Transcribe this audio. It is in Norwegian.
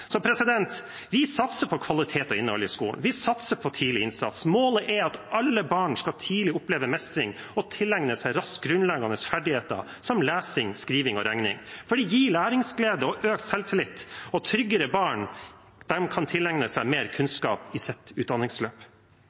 Vi satser på kvalitet og innhold i skolen. Vi satser på tidlig innsats. Målet er at alle barn tidlig skal oppleve mestring og raskt tilegne seg grunnleggende ferdigheter som lesing, skriving og regning. Det gir læringsglede og økt selvtillit, og tryggere barn kan tilegne seg mer kunnskap i sitt utdanningsløp.